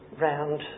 round